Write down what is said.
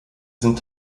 sind